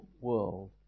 world